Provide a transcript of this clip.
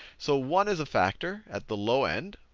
so one is a factor at the low end.